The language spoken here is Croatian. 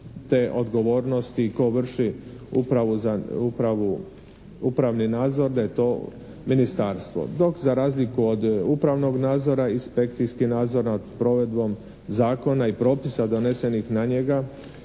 te odgovornosti tko vrši upravni nadzor, da je to ministarstvo dok za razliku od upravnog nadzora inspekcijski nadzor nad provedbom zakona i propisa donesenih na njega